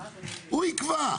הוא יקבע.